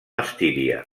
estíria